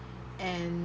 and